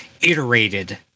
iterated